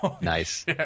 Nice